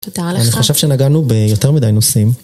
אני חושב שנגענו ביותר מדי נושאים.